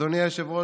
אדוני היושב-ראש,